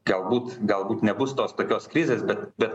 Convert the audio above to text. galbūt galbūt nebus tos tokios krizės bet bet